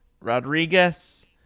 Rodriguez